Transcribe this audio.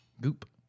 Goop